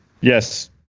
Yes